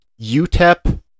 UTEP